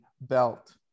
belt